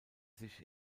sich